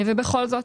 ובכל זאת,